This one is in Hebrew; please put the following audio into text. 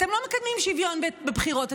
אתם לא מקדמים שוויון בבחירות,